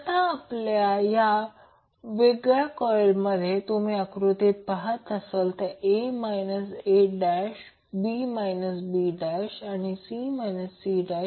आता या वेगळ्या कॉइल ज्या तुम्ही आकृतीत पाहता जसे a a' b b' आणि c c'